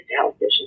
television